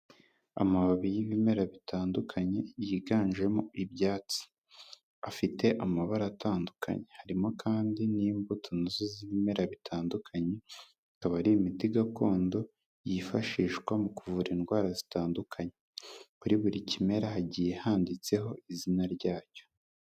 Amababi y'ibimera bitandukanye yiganjemo ibyatsi. Afite amabara atandukanye harimo kandi n'imbuto na zo z'ibimera bitandukanye, bikaba ari imiti gakondo yifashishwa mu kuvura indwara zitandukanye. Kuri buri kimera hagiye handitseho izina ryacyo.